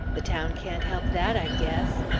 the town can't help that, i guess.